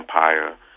Empire